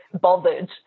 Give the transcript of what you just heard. bothered